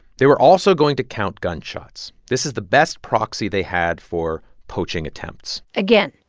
they were also going to count gunshots. this is the best proxy they had for poaching attempts again,